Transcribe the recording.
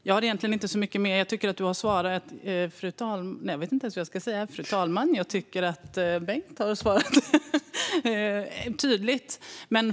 Jag har egentligen inte så mycket mer att säga. Jag tycker att Bengt har svarat tydligt, fru talman.